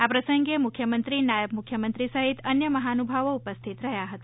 આ પ્રસંગે મુખ્યમંત્રી નાયબ મુખ્યમંત્રી સહિત અન્ય મહાનુભાવો ઉપસ્થિત રહ્યા હતા